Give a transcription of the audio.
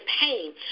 pain